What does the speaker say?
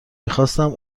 میخواستم